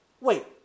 Wait